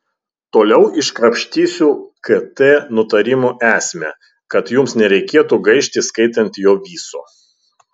toliau iškrapštysiu kt nutarimo esmę kad jums nereikėtų gaišti skaitant jo viso